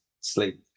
sleep